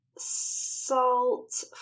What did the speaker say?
Salt